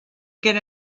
get